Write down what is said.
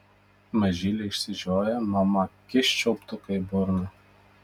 mažylė išsižioja mama kyšt čiulptuką į burną